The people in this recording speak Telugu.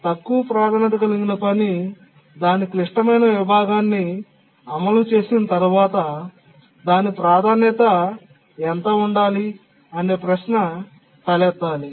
తక్కువ ప్రాధాన్యత కలిగిన పని దాని క్లిష్టమైన విభాగాన్ని అమలు చేసిన తర్వాత దాని ప్రాధాన్యత ఎంత ఉండాలి అనే ప్రశ్న తలెత్తాలి